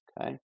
Okay